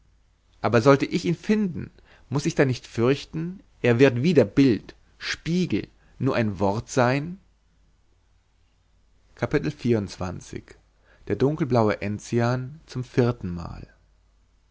aber sollte ich ihn finden muß ich dann nicht fürchten er wird wieder bild spiegel nur ein wort sein der dunkelblaue enzian zum vierten mal